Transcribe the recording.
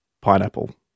Pineapple